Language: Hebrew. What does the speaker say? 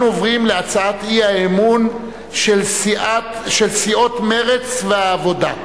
אנחנו עוברים להצעת אי-אמון של סיעות מרצ והעבודה,